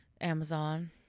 Amazon